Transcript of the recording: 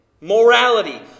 Morality